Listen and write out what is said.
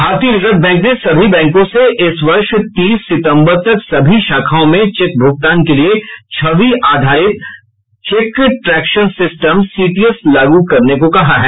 भारतीय reserve bank ने सभी बैंकों से इस वर्ष तीस सितंबर तक सभी शाखाओं में चेक भूगतान के लिए छवि आधारित चेक ट्रैंक्शन सिस्टम सीटीएस लागू करने को कहा है